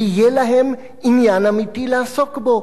ויהיה להם עניין אמיתי לעסוק בו,